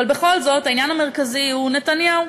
אבל בכל זאת, העניין המרכזי הוא נתניהו.